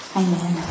amen